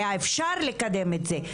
היה אפשר לקדם את זה.